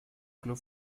club